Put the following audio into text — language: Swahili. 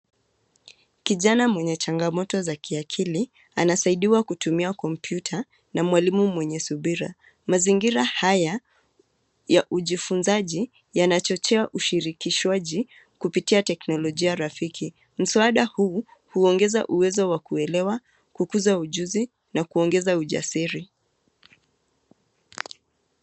Kijana mwenye changamoto za kiakili anasaidiwa kutumia kompyuta na mwalimu mwenye subira. Mazingira haya ya ujifunzaji yanachochea ushirikishwaji kupitia teknolojia rafiki. Msaada huu huongeza uwezo wa kuelewa, kukuza ujuzi na kuongeza ujasiri.